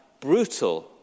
brutal